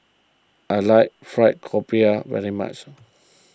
I like Fried Grouper very much